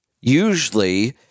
Usually